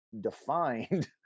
defined